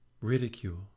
ridicule